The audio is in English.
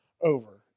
over